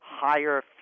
higher